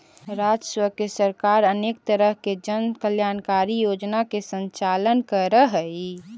राजस्व से सरकार अनेक तरह के जन कल्याणकारी योजना के संचालन करऽ हई